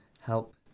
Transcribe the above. help